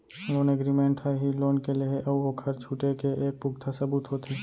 loan agreement ह ही loan के लेहे अउ ओखर छुटे के एक पुखता सबूत होथे